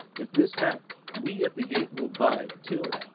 if this hap, we at the gate will bide, till,